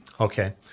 Okay